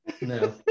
No